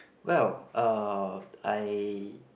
well uh I